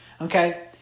okay